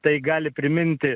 tai gali priminti